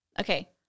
Okay